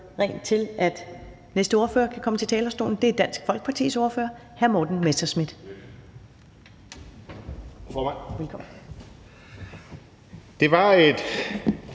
rent til, at næste ordfører kan komme på talerstolen, og det er Dansk Folkepartis ordfører, hr. Morten Messerschmidt.